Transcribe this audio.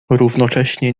równocześnie